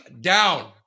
down